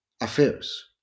affairs